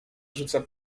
rzuca